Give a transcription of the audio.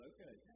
Okay